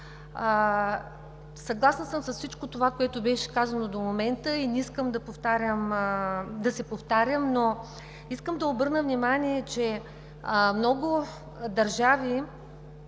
Съгласна съм с всичко това, което беше казано до момента, и не искам да се повтарям, но искам да обърна внимание, че много държави,